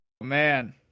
man